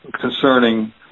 concerning